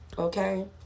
Okay